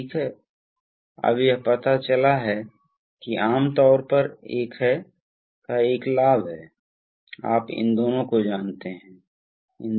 इसलिए अब pump port इस तरह से जुड़ा हुआ है इसके माध्यम से इसके माध्यम से इस और इस तक